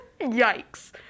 yikes